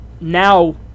now